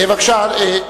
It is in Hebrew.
בבקשה,